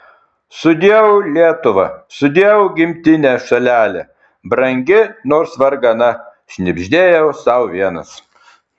sudieu lietuva sudieu gimtine šalele brangi nors vargana šnibždėjau sau vienas